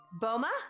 Boma